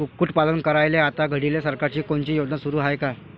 कुक्कुटपालन करायले आता घडीले सरकारची कोनची योजना सुरू हाये का?